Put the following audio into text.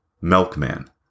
Milkman